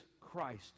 christ